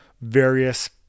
various